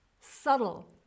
Subtle